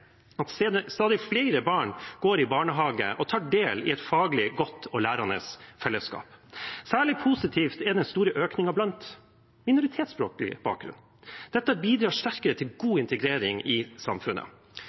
at stadig flere barn går i barnehage og tar del i et faglig godt og lærende fellesskap. Særlig positiv er den store økningen blant dem med minoritetsspråklig bakgrunn. Dette bidrar sterkere til god integrering i samfunnet.